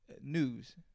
news